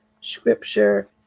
scripture